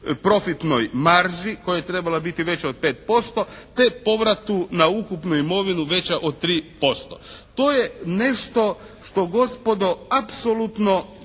profitnoj marži koja je trebala biti veća od 5% te povratu na ukupnu imovinu veća od 3%. To je nešto što gospodo apsolutno